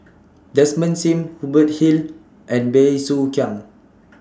Desmond SIM Hubert Hill and Bey Soo Khiang